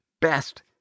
best